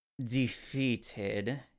defeated